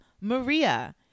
Maria